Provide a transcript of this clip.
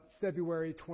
February